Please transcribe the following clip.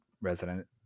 resident